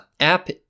app